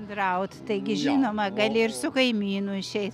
draut taigi žinoma gali ir su kaimynu išeit